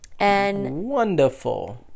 Wonderful